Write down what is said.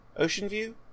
Oceanview